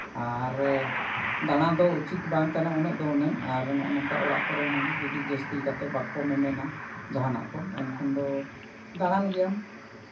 ᱟᱨ ᱫᱟᱬᱟ ᱫᱚ ᱩᱱᱟᱹᱜ ᱵᱟᱝ ᱠᱟᱱᱟ ᱩᱪᱤᱛ ᱫᱚ ᱩᱱᱟᱹᱜ ᱱᱚᱜᱼᱚᱸᱭ ᱱᱚᱝᱠᱟ ᱚᱲᱟᱜ ᱠᱚᱨᱮᱜ ᱦᱚᱸ ᱡᱩᱫᱤ ᱡᱟᱹᱥᱛᱤ ᱠᱟᱛᱮ ᱵᱟᱠᱚ ᱢᱮᱢᱮᱱᱟ ᱡᱟᱦᱟᱱᱟᱜ ᱫᱚ ᱮᱱᱠᱷᱟᱱ ᱫᱚ ᱫᱟᱬᱟᱱ ᱜᱮᱭᱟᱢ